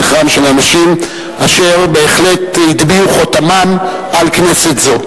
זכרם של אנשים אשר בהחלט הטביעו חותמם על כנסת זו.